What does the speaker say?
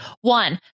One